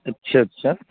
اچھا اچھا